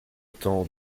temps